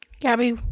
gabby